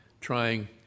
trying